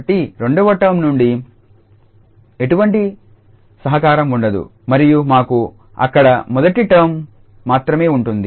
కాబట్టి రెండవ టర్మ్ నుండి ఎటువంటి సహకారం ఉండదు మరియు మాకు అక్కడ మొదటి టర్మ్ మాత్రమే ఉంటుంది